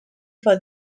for